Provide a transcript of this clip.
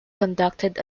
conducted